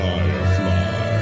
Firefly